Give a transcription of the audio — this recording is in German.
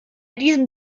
diesem